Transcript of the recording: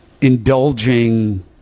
indulging